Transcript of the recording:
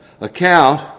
account